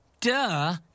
Duh